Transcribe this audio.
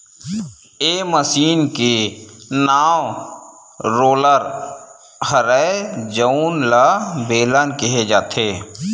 ए machine के नांव roller हरय जउन ल बेलन केहे जाथे